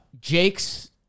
Jake's